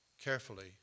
carefully